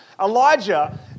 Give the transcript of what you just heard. Elijah